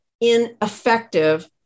ineffective